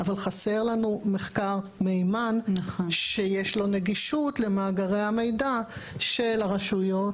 אבל חסר לנו מחקר מהימן שיש לו נגישות למאגרי המידע של הרשויות.